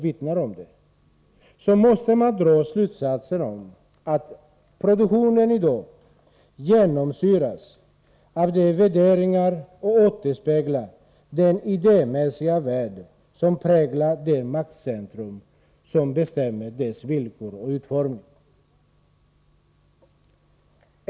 Med detta som utgångspunkt måste man dra slutsatsen att produktionen i dag genomsyras av de värderingar och återspeglar den idémässiga värld som präglas av det maktcentrum som bestämmer dess villkor och utformning.